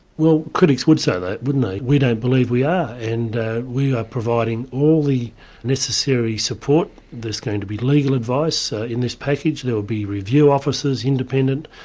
well critics would say that, wouldn't they. we don't believe we are, and we are providing all the necessary support. there's going to be legal advice in this package, there'll be review officers, independent,